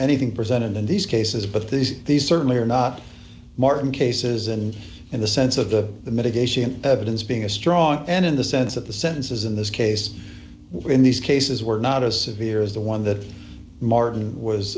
anything presented in these cases but these these certainly are not martin cases and in the sense of the mitigation evidence being a strong and in the sense of the sentences in this case when these cases were not as here is the one that martin was